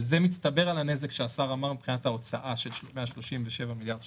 זה מצטבר על הנזק שהשר אמר מבחינת ההוצאה של 137 מיליארד שקל.